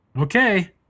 Okay